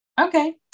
Okay